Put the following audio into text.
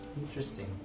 Interesting